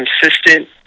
consistent